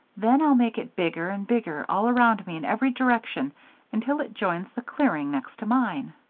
then i'll make it bigger and bigger all around me in every direction until it joins the clearing next to mine.